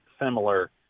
similar